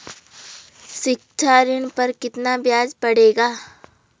शिक्षा ऋण पर कितना ब्याज पड़ेगा?